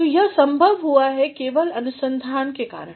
तो यह संभव हुआ है केवल अनुसंधान के कारण